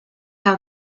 how